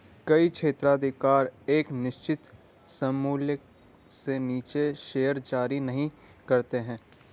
कई क्षेत्राधिकार एक निश्चित सममूल्य से नीचे शेयर जारी नहीं करते हैं